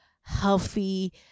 healthy